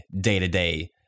day-to-day